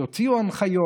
תוציאו הנחיות.